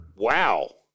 Wow